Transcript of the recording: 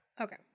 Okay